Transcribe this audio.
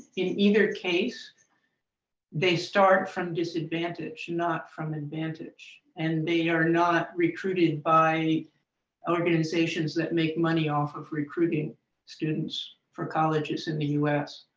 in either case they start from disadvantage, not from advantage. and they are not recruited by organizations that make money off of recruiting students for colleges in the u s.